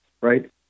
right